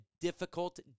difficult